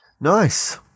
Nice